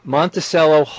Monticello